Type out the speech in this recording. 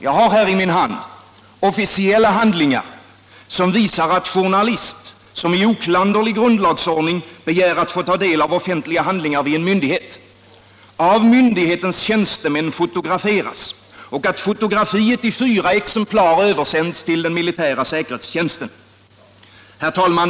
Jag har här i min hand officiella handlingar som visar att journalist, som i oklanderlig grundlagsordning begär att få ta del av offentliga handlingar vid en myndighet, av myndighetens tjänstemän fotograferas och att fotografiet i fyra exemplar översänds till den militära säkerhetstjänsten. Herr talman!